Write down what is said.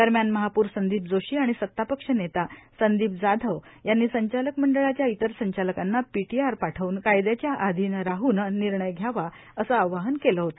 दरम्यान महापौर संदीप जोशी आणि सतापक्ष नेता संदीप जाधव यांनी संचालक मंडळाच्या इतर संचालकांना पीटीआर पाठवून कायद्याच्या आधीन राहन निर्णय घ्यावा असे आवाहन केले होते